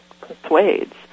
persuades